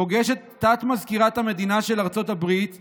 פוגש את תת-מזכירת המדינה של ארצות הברית גב'